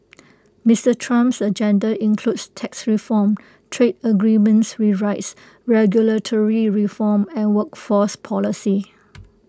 Mister Trump's agenda includes tax reform trade agreement rewrites regulatory reform and workforce policy